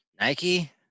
Nike